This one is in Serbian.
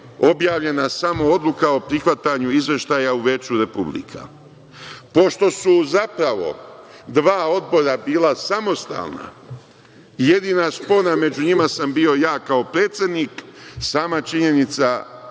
objavljena samo odluka o prihvatanju izveštaja u Veću republika. Pošto su zapravo dva odbora bila samostalna, jedina spona među njima sam bio ja kao predsednik, sama činjenica